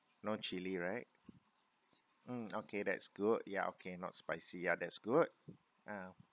no chili right mm okay that's good ya okay not spicy yeah that's good ah